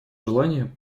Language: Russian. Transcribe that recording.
желания